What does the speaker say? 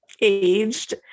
aged